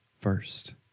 first